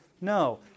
No